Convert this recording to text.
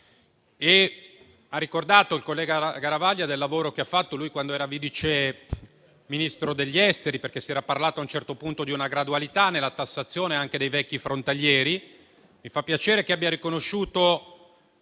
ha ricordato il lavoro che ha fatto quando era Vice Ministro degli affari esteri, perché si era parlato, a un certo punto, di una gradualità nella tassazione anche dei vecchi frontalieri. Mi fa piacere che abbia riconosciuto